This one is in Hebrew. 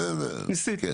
ניסיתי.